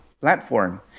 platform